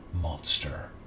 monster